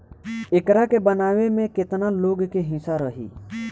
एकरा के बनावे में केतना लोग के हिस्सा रही